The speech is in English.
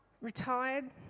retired